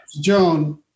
Joan